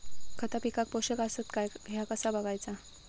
खता पिकाक पोषक आसत काय ह्या कसा बगायचा?